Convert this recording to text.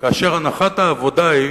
כאשר הנחת העבודה היא